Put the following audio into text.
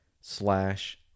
slash